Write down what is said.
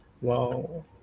Wow